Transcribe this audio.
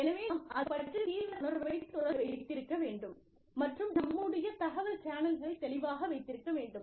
எனவே நாம் அது பற்றி தீவிர உணர்வைத் தொடர்ந்து வைத்திருக்க வேண்டும் மற்றும் நம்முடைய தகவல் சேனல்களை தெளிவாக வைத்திருக்க வேண்டும்